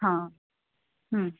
હા હમ